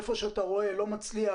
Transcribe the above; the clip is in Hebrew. היכן שאתה לא מצליח,